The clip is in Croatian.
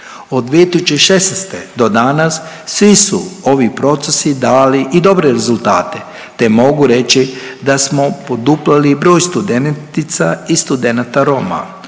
Od 2016. do danas svi su ovi procesi dali i dobre rezultate te mogu reći da smo poduplali i broj studentica i studenata Roma.